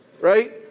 right